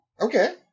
Okay